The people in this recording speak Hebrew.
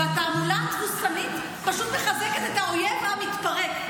והתעמולה התבוסתנית פשוט מחזקת את האויב המתפרק.